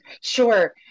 Sure